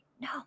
No